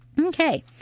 Okay